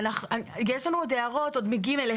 אבל יש לנו הערות עוד מ-ג1,